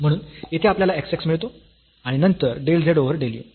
म्हणून येथे आपल्याला x x मिळतो आणि नंतर del z over del u